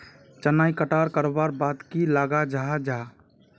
चनार कटाई करवार बाद की लगा जाहा जाहा?